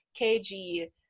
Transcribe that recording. kg